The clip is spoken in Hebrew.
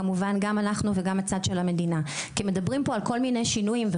כמובן גם אנחנו וגם הצד של המדינה כי מדברים פה על כל מיני שינויים.